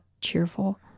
cheerful